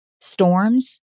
Storms